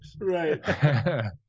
Right